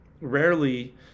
rarely